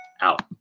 Out